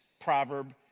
proverb